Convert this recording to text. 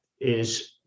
is-